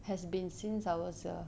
has been since I was a